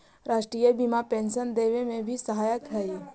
राष्ट्रीय बीमा पेंशन देवे में भी सहायक हई